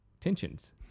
tensions